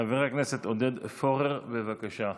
חבר הכנסת עודד פורר, בבקשה.